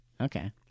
okay